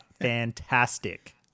fantastic